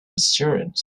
assurance